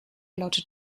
lautet